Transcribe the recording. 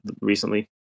recently